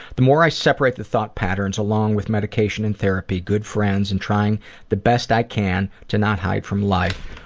the more i separate the thought patterns, along with medication and therapy, good friends and trying the best i can to not hide from life,